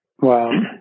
Wow